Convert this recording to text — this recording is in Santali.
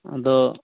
ᱟᱫᱚ